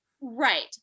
right